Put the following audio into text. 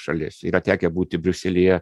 šalis yra tekę būti briuselyje